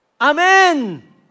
Amen